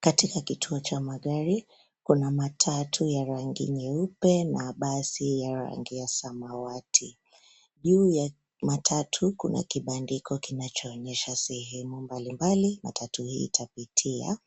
Katika kituo cha magari kuna matatu ya rangi nyeupe na basi ya rangi ya samawati. Juu ya matatu kuna kibandiko kinachoonyesha sehemu mbali mbali matatu hii itapitia.